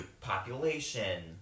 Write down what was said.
Population